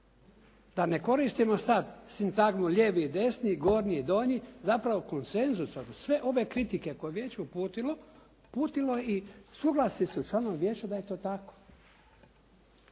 da ne koristimo sada sintagmu lijevi i desni, gornji i donji, zapravo konsenzusom sve ove kritike koje je vijeće uputilo i suglasni su članovi vijeća da je to tako.